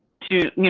to,